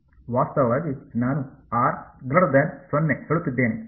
ವಾಸ್ತವವಾಗಿ ನಾನು ಹೇಳುತ್ತಿದ್ದೇನೆ ಎಂದು ನಾನು ಮರೆತಿದ್ದೇನೆ